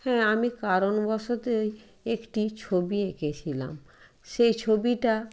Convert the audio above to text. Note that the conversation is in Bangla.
হ্যাঁ আমি কারণবশতই এ একটি ছবি এঁকেছিলাম সেই ছবিটা